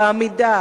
בעמידה,